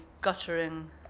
guttering